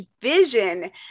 vision